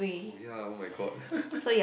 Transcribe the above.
oh ya oh-my-god